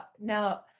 Now